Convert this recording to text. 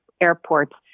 airports